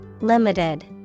Limited